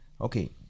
Okay